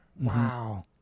Wow